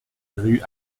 rue